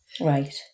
Right